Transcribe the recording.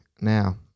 now